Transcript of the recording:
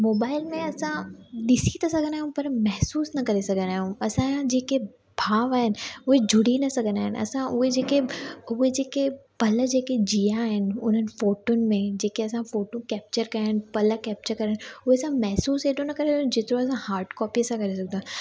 mobile में असां ॾिसी त सघंदा आहियूं पर महसूसु न करे सघंदा आहियूं असांजा जेके भाव आहिनि उहे जुड़ी न सघंदा आहिनि असां उहे जेके पल जेके जीआ आहिनि उन्हनि फ़ोटूनि में जेके असां फ़ोटू कैप्चर कया आहिनि पल खे कैप्चर करणु उहे सभु महसूसु हेॾो न करे जेको असां हार्ड कॉपीअ सां करे सघंदा